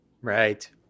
right